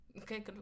Okay